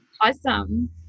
awesome